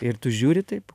ir tu žiūri taip